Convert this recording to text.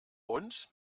und